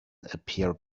appear